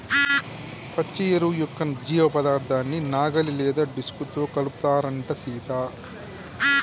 పచ్చి ఎరువు యొక్క జీవపదార్థాన్ని నాగలి లేదా డిస్క్ తో కలుపుతారంటం సీత